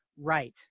right